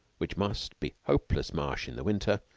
which must be hopeless marsh in the winter,